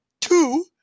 two